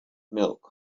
milk